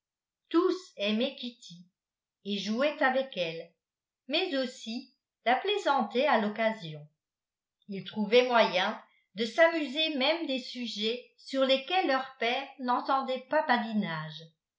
tous aimaient kitty et jouaient avec elle mais aussi la plaisantaient à l'occasion ils trouvaient moyen de s'amuser même des sujets sur lesquels leur père n'entendaient pas badinage